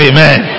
Amen